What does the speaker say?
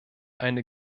eine